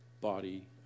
body